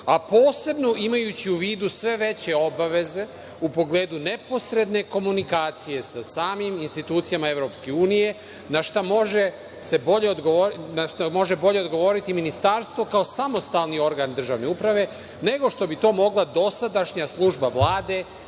a posebno imajući u vidu sve veće obaveze u pogledu neposredne komunikacije sa samim institucijama EU, na šta može bolje odgovoriti ministarstvo kao samostalni organ državne uprave nego što bi to mogla dosadašnja služba Vlade,